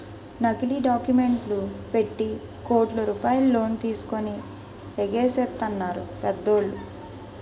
నకిలీ డాక్యుమెంట్లు పెట్టి కోట్ల రూపాయలు లోన్ తీసుకొని ఎగేసెత్తన్నారు పెద్దోళ్ళు